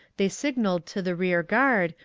they signalled to the rear-guard,